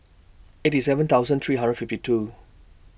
eighty seven thousand three hundred fifty two